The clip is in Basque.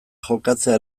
jokatzea